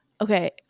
Okay